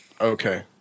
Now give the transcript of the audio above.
Okay